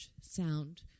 sound